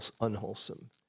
unwholesome